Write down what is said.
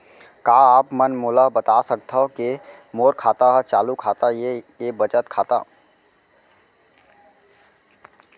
का आप मन मोला बता सकथव के मोर खाता ह चालू खाता ये के बचत खाता?